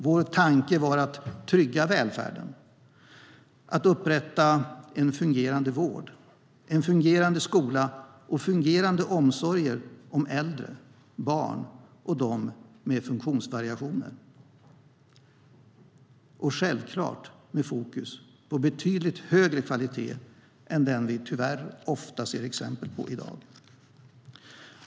Vår tanke var att trygga välfärden, att upprätta en fungerande vård, en fungerande skola och fungerande omsorger om äldre, barn och dem med funktionsvariationer, och självklart med fokus på en betydligt högre kvalitet än den vi tyvärr ofta ser exempel på i dag.